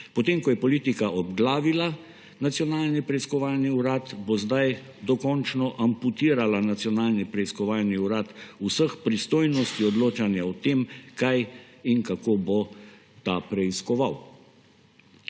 potem ko je politika obglavila Nacionalni preiskovalni urad, bo zdaj dokončno amputirala Nacionalni preiskovalni urad vseh pristojnosti odločanja o tem, kaj in kako bo ta preiskoval.